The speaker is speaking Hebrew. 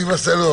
אני בסלון.